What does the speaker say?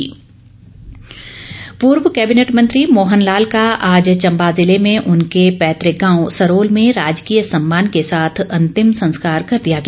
अंतिम संस्कार पूर्व कैबिनेट मंत्री मोहन लाल का आज चंबा जिले में उनके पैतृक गांव सरोल में राजकीय सम्मान के साथ अंतिम संस्कार कर दिया गया